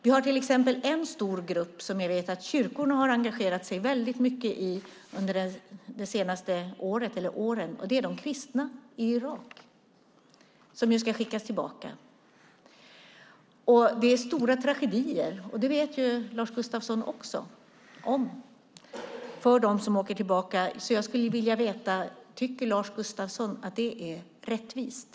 Vi har till exempel en stor grupp som jag vet att kyrkorna har engagerat sig väldigt mycket i under de senaste åren. Det är de kristna i Irak, som ju ska skickas tillbaka. Det är stora tragedier - det vet Lars Gustafsson också - för dem som åker tillbaka. Jag skulle vilja veta: Tycker Lars Gustafsson att det är rättvist?